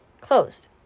closed